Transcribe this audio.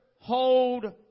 hold